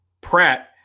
Pratt